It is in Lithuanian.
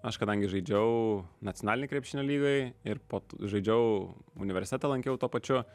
aš kadangi žaidžiau nacionalinėj krepšinio lygoj ir po to žaidžiau universitetą lankiau tuo pačiu